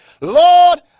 Lord